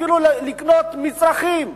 אפילו כדי לקנות מצרכים.